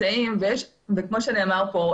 כמו שנאמר פה,